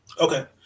Okay